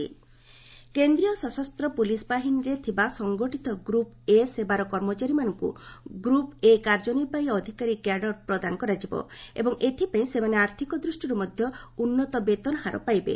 cabinet Javadekar କେନ୍ଦ୍ରୀୟ ସଶସ୍ତ police ବାହିନୀରେ ଥିବା ସଂଗଠିତ ଗ୍ରପ ଏ' ସେବାର କର୍ମଚାରୀମାନଙ୍କୁ ଗ୍ରୁପ ଏ' କାର୍ଯ୍ୟନିର୍ବାହୀ ଅଧିକାରୀ କ୍ୟାଡର ପ୍ରଦାନ କରାଯିବ ଏବଂ ଏଥିପାଇଁ ସେମାନେ ଆର୍ଥକ ଦୃଷ୍ଟିରୁ ମଧ୍ୟ ଉନ୍ନତ ବେତନହାର ପାଇବେ